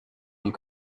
you